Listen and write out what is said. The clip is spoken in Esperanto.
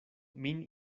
min